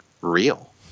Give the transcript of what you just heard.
real